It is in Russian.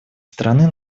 страны